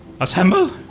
Assemble